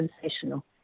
sensational